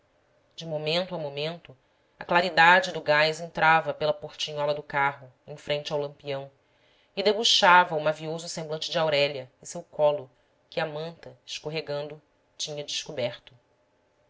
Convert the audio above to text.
de momento a momento a claridade do gás entrava pela portinhola do carro em frente ao lampião e debuxava o mavioso semblante de aurélia e seu colo que a manta escorregando tinha descoberto